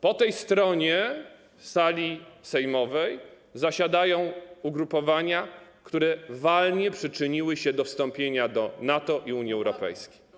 Po tej stronie sali sejmowej zasiadają ugrupowania, które walnie przyczyniły się do wstąpienia do NATO i Unii Europejskiej.